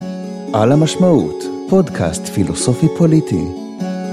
על המשמעות: פודקאסט פילוסופי-פוליטי